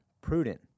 Prudent